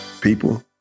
People